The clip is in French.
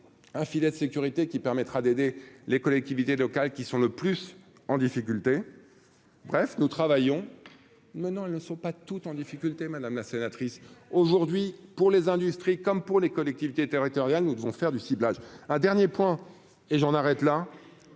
un filet de sécurité qui permettra d'aider les collectivités locales qui sont le plus en difficulté, bref, nous travaillons maintenant ils ne sont pas toutes en difficulté, madame la sénatrice aujourd'hui pour les industries, comme pour les collectivités territoriales, nous devons faire du ciblage un dernier point et j'en arrête là